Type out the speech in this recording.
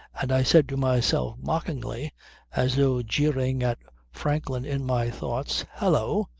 and i said to myself mockingly as though jeering at franklin in my thoughts, hallo!